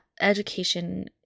Education